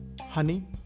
honey